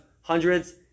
hundreds